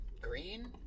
Green